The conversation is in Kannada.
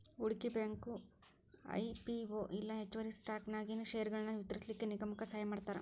ಹೂಡ್ಕಿ ಬ್ಯಾಂಕು ಐ.ಪಿ.ಒ ಇಲ್ಲಾ ಹೆಚ್ಚುವರಿ ಸ್ಟಾಕನ್ಯಾಗಿನ್ ಷೇರ್ಗಳನ್ನ ವಿತರಿಸ್ಲಿಕ್ಕೆ ನಿಗಮಕ್ಕ ಸಹಾಯಮಾಡ್ತಾರ